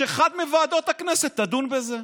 שאחת מוועדות הכנסת תדון בזה.